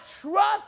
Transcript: trust